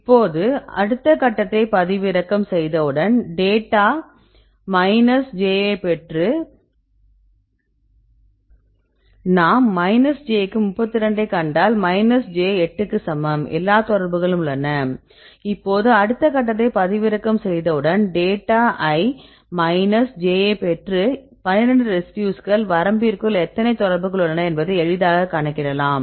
இப்போது அடுத்த கட்டத்தை பதிவிறக்கம் செய்தவுடன் டேட்டா i மைனஸ் j ஐப் பெற்று 12 ரெசிடியூஸ்கள் வரம்பிற்குள் எத்தனை தொடர்புகள் உள்ளன என்பதை எளிதாக கணக்கிடலாம்